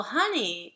honey